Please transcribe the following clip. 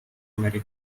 america